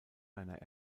einer